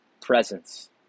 presence